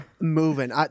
moving